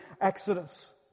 Exodus